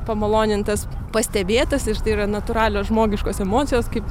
pamalonintas pastebėtas ir tai yra natūralios žmogiškos emocijos kaip